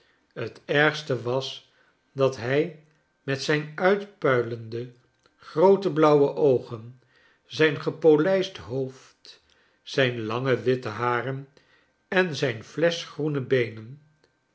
het ergste was dat hij met zijn uitpuilende groote blauwe oogen zijn gepolijst hoofd zijn lange wit'te haren en zijn flesch groene beeneo